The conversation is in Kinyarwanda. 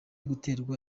guterwa